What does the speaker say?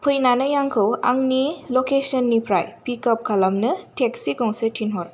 फैनानै आंखौ आंनि लकेसननिफ्राय पिकआप खालामनो टेक्सि गंसे थिनहर